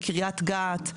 בקריית גת,